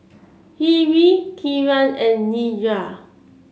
Hri Kiran and Niraj